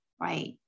right